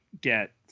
get